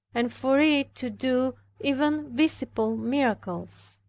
and for it to do even visible miracles.